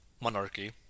monarchy